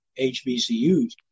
HBCUs